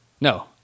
no